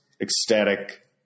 ecstatic